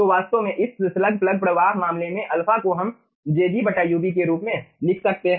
तो वास्तव में इस स्लग प्लग प्रवाह मामले में α को हम jg ub के रूप में लिख सकते हैं